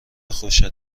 خوشت